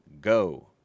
Go